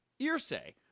Earsay